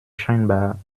scheinbar